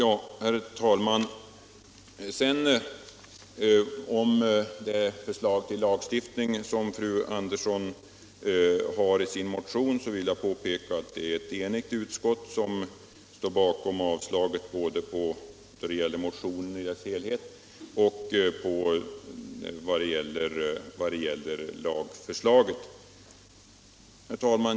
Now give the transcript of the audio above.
I fråga om det förslag till lagstiftning som fru Andersson har i sin motion vill jag påpeka att det är ett enigt utskott som står bakom yrkandet om avslag på både motionen i dess helhet och lagförslaget. Herr talman!